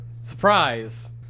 Surprise